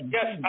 Yes